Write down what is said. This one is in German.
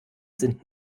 sind